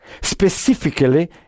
specifically